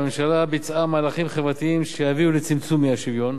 הממשלה ביצעה מהלכים חברתיים שיביאו לצמצום האי-שוויון.